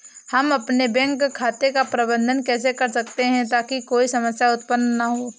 हम अपने बैंक खाते का प्रबंधन कैसे कर सकते हैं ताकि कोई समस्या उत्पन्न न हो?